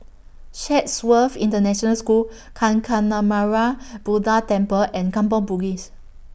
Chatsworth International School Kancanarama Buddha Temple and Kampong Bugis